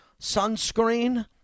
Sunscreen